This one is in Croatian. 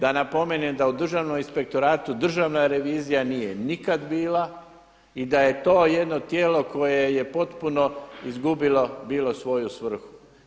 Da napomenem da u Državnom inspektoratu Državna revizija nije nikad bila i da je to jedno tijelo koje je potpuno izgubilo bilo svoju svrhu.